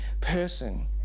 person